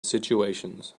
situations